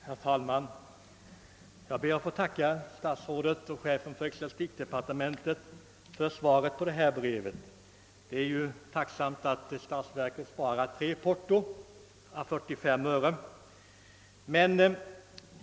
Herr talman! Jag ber att få tacka statsrådet och chefen för ecklesiastikdepartementet för svaret på brevet. — Det var ju förträffligt att statsverket sparar tre porton å 45 öre.